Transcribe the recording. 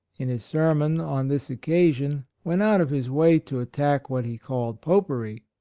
in his sermon, on this occasion, went out of his way to attack what he called popery.